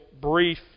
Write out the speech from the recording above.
brief